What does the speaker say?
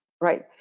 right